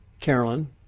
Carolyn